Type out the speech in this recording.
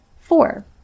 Four